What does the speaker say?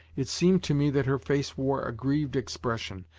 it seemed to me that her face wore a grieved expression.